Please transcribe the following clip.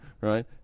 right